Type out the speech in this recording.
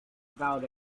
about